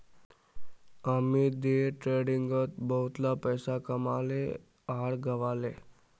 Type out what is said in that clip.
Amit day ट्रेडिंगत बहुतला पैसा कमाले आर गंवाले